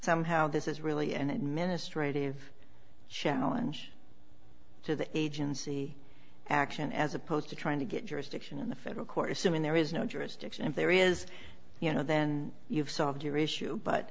somehow this is really an administrative challenge to the agency action as opposed to trying to get jurisdiction in the federal court assuming there is no jurisdiction if there is you know then you've solved your issue but